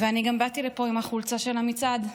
ואני גם באתי לפה עם החולצה של המצעד הירושלמי,